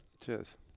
Cheers